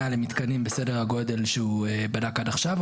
למתקנים בסדר הגודל שהוא בדק עד עכשיו,